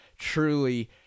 truly